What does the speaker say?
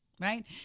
Right